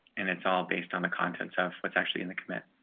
and it's all based on the contents of what's actually in the commit